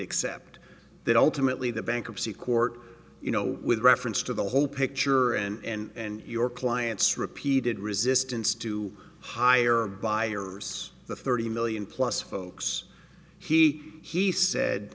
accept that ultimately the bankruptcy court you know with reference to the whole picture and your client's repeated resistance to hire buyers the thirty million plus folks he he said